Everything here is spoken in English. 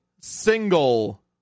single